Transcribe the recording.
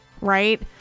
right